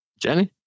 Jenny